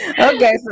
Okay